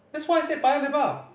that's what I said Paya-Lebar